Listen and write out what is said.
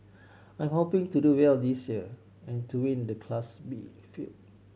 I'm hoping to do well this year and to win the Class B field